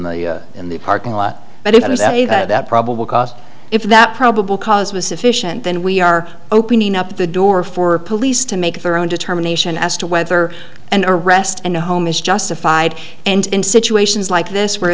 the in the parking lot but it is that even that probable cause if that probable cause was sufficient then we are opening up the door for police to make their own determination as to whether and arrest and a home is justified and in situations like this where